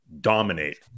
dominate